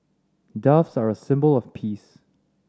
doves are a symbol of peace